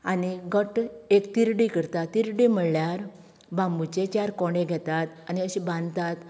आनीक घट्ट एक तिरडी करतात तिरडी म्हळ्यार बांबूचे चार कोंडे घेतात आनी अशी बांदतात